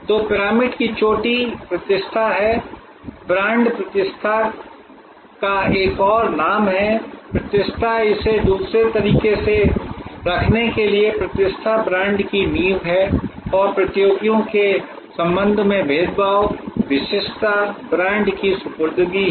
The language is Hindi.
तो पिरामिड की चोटी प्रतिष्ठा है ब्रांड प्रतिष्ठा का एक और नाम है प्रतिष्ठा इसे दूसरे तरीके से रखने के लिए प्रतिष्ठा ब्रांड की नींव है और प्रतियोगियों के संबंध में भेदभाव विशिष्टता ब्रांड की सुपुर्दगी है